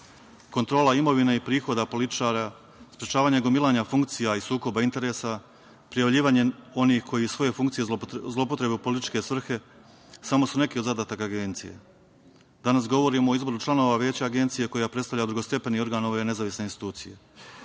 Kontrola imovine i prihoda političara, sprečavanje gomilanja funkcija i sukoba interesa, prijavljivanjem onih koji svoje funkcije zloupotrebljavaju u političke svrhe samo su neki od zadataka Agencije. Danas govorimo o izboru članova Veća Agencije koja predstavlja drugostepeni organ ove nezavisne institucije.